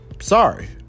Sorry